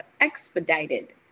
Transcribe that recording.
expedited